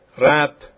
wrap